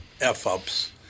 F-ups